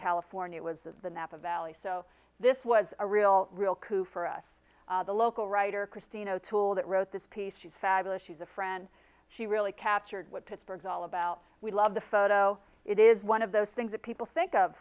california was the napa valley so this was a real real coup for us the local writer christine o'toole that wrote this piece she's fabulous she's a friend she really captured what pittsburgh's all about we love the photo it is one of those things that people think of